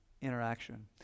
interaction